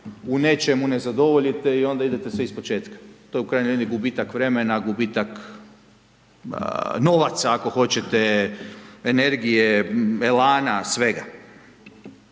u nečemu ne zadovoljite i onda idete sve iz početka. To je u krajnjoj liniji gubitak vremena, gubitak novaca, ako hoćete, energije, elana, svega.